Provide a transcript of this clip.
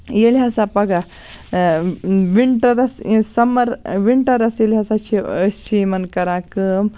ییٚلہِ ہسا پگاہ وِنٹَرس سَمَر وِنٹرَس ییٚلہِ ہسا چھِ أسۍ چھِ یِمن کَران کٲم